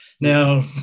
Now